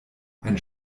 ein